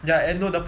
ya and no the